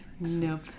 Nope